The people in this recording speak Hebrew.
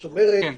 זאת אומרת,